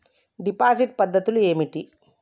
Deposit పద్ధతులు ఏమిటి?